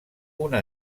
una